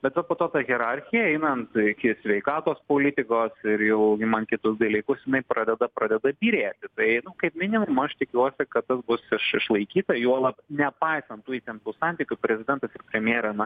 bet va po to ta hierarchija einant iki sveikatos politikos ir jau imant kitus dalykus jinai pradeda pradeda byrėti tai nu kaip minimum aš tikiuosi kad tas bus iš išlaikyta juolab nepaisant tų įtemptų santykių prezidentas ir premjerė na